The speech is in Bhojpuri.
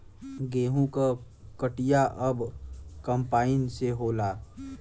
गेंहू क कटिया अब कंपाइन से होला